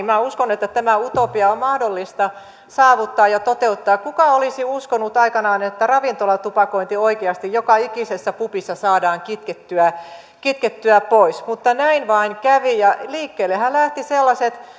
minä uskon että tämä utopia on mahdollista saavuttaa ja toteuttaa kuka olisi uskonut aikanaan että ravintolatupakointi oikeasti joka ikisessä pubissa saadaan kitkettyä kitkettyä pois mutta näin vain kävi ja liikkeellehän lähtivät sellaiset